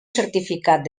certificat